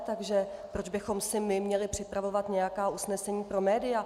Takže proč bychom si my měli připravovat nějaká usnesení pro média?